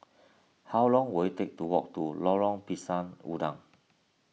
how long will it take to walk to Lorong Pisang Udang